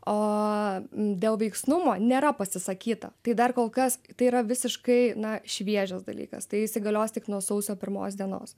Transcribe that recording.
o dėl veiksnumo nėra pasisakyta tai dar kol kas tai yra visiškai šviežias dalykas tai įsigalios tik nuo sausio pirmos dienos